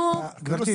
גברתי,